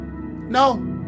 No